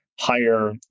higher